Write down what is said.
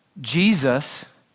Jesus